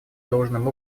должным